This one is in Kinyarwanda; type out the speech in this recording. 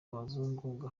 abazungu